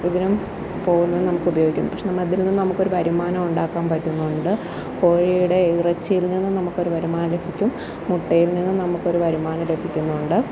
ഇതിനും പോകുന്നത് നമുക്ക് ഉപയോഗിക്കും പക്ഷെ നമുക്കിതിൽ നിന്നും നമുക്കോരു വരുമാനം ഉണ്ടാക്കാൻ പറ്റുന്നുണ്ട് കോഴിയുടെ ഇറച്ചിയിൽ നിന്നു നമുക്കൊരു വരുമാനം ലഭിക്കും മുട്ടയിൽ നിന്നും നമുക്കൊരു വരുമാനം ലഭിക്കുന്നുണ്ട്